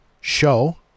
show